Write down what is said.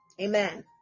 amen